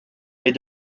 mais